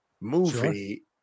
movie